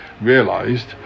realised